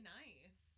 nice